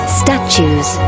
statues